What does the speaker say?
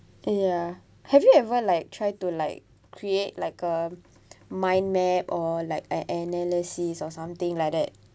ya have you ever like try to like create like a mind map or like a~ analysis or something like that